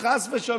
ושלום, חס ושלום,